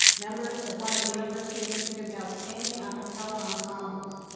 members of one of the university of michigan outstanding acapella ensembles.